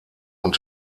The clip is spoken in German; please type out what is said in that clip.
und